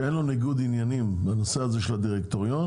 שאין לו ניגוד עניינים בנושא הזה של הדירקטוריון,